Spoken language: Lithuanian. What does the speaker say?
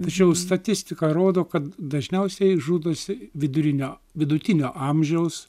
tačiau statistika rodo kad dažniausiai žudosi vidurinio vidutinio amžiaus